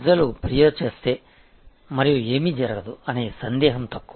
ప్రజలు ఫిర్యాదు చేస్తే మరియు ఏమీ జరగదు అనే సందేహం తక్కువ